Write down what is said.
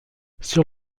sur